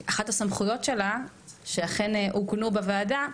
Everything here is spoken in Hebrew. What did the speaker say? אחת הסמכויות שלה שאכן עוגנו בוועדה,